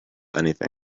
anything